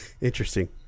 Interesting